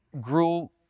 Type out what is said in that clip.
grew